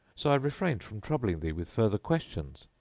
so i refrained from troubling thee with further questions.